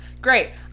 great